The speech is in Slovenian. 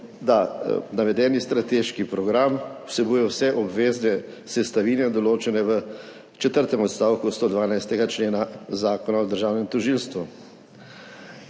da navedeni strateški program vsebuje vse obvezne sestavine, določene v četrtem odstavku 112. člena Zakona o državnem tožilstvu.